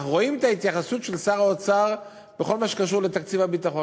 אנחנו רואים את ההתייחסות של שר האוצר בכל מה שקשור לתקציב הביטחון,